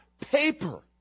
paper